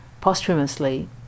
posthumously